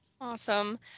Awesome